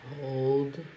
Hold